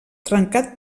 trencat